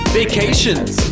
vacations